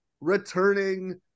returning